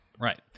Right